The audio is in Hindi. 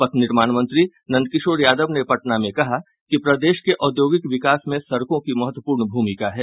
पथ निर्माण मंत्री नंदकिशोर यादव ने पटना में कहा कि प्रदेश के औद्योगिक विकास में सड़कों की महत्वपूर्ण भूमिका है